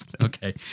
Okay